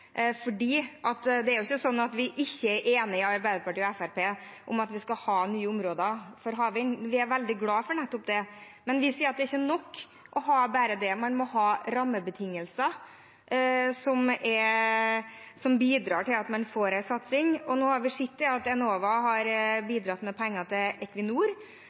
det er jo ikke sånn at Arbeiderpartiet og Fremskrittspartiet ikke er enige om at vi skal ha nye områder for havvind, vi er veldig glad for nettopp det, men vi sier at det ikke er nok å ha bare det. Man må ha rammebetingelser som bidrar til at man får en satsing. Nå har vi sett at Enova har bidratt med penger til Equinor,